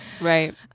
Right